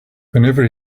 whenever